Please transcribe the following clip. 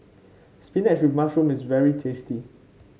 spinach with mushroom is very tasty